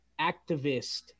activist